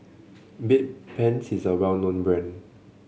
Bedpans is a well known brand